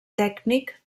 tècnic